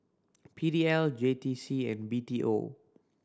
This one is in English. P D L J T C and B T O